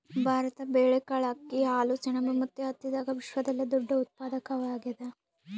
ಭಾರತ ಬೇಳೆಕಾಳ್, ಅಕ್ಕಿ, ಹಾಲು, ಸೆಣಬು ಮತ್ತು ಹತ್ತಿದಾಗ ವಿಶ್ವದಲ್ಲೆ ದೊಡ್ಡ ಉತ್ಪಾದಕವಾಗ್ಯಾದ